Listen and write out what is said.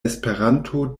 esperanto